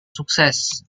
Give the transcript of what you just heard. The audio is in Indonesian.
sukses